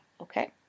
okay